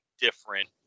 different